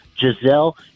Giselle